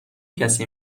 کسی